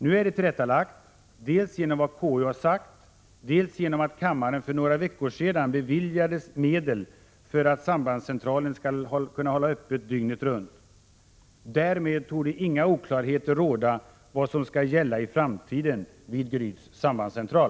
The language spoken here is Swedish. Nu är det tillrättalagt, dels genom vad KU har sagt, dels genom att kammaren för några veckor sedan beviljade medel för att sambandscentralen skall kunna hålla öppet dygnet runt. Därmed torde inga oklarheter råda om vad som skall gälla i framtiden vid Gryts sambandscentral.